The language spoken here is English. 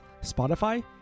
Spotify